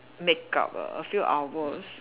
makeup a a few hours